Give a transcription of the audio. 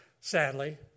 sadly